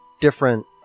different